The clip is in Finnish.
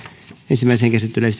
ensimmäiseen käsittelyyn